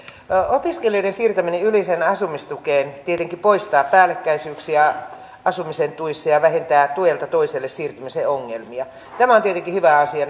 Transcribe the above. opiskelijoiden siirtäminen yleiseen asumistukeen tietenkin poistaa päällekkäisyyksiä asumisen tuissa ja ja vähentää tuelta toiselle siirtymisen ongelmia tämä on tietenkin hyvä asia